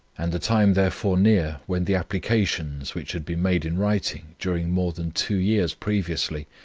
and the time therefore near when the applications, which had been made in writing during more than two years previously,